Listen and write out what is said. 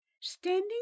Standing